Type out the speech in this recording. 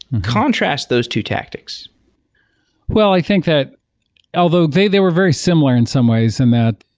contrast those two tactics well, i think that although they they were very similar in some ways and that